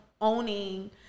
owning